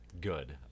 good